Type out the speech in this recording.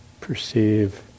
perceive